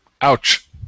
ouch